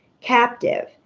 captive